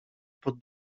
pod